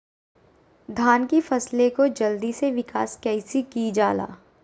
धान की फसलें को जल्दी से विकास कैसी कि जाला?